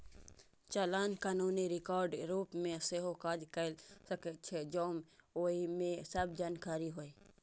चालान कानूनी रिकॉर्डक रूप मे सेहो काज कैर सकै छै, जौं ओइ मे सब जानकारी होय